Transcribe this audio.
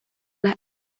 las